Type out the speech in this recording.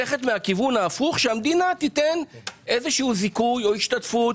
והמדינה תיתן זיכוי או השתתפות,